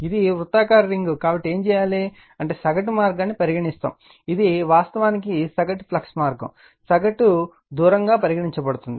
ఇప్పుడు ఇది వృత్తాకార రింగ్ కాబట్టి ఏమి చేయాలి అంటే ఆ సగటు మార్గాన్ని పరిగణిస్తాము ఇది వాస్తవానికి సగటు ఫ్లక్స్ మార్గం సగటు దూరం గా పరిగణించబడుతుంది